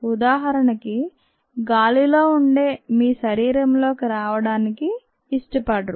ఉదాహరణకు గాలిలో ఉండే మీ శరీరంలోకి రావడానికి ఇష్టపడరు